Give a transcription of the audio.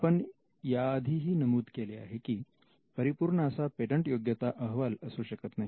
आपण या आधीही नमूद केले आहे की परिपूर्ण असा पेटंटयोग्यता अहवाल असू शकत नाही